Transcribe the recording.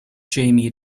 jamie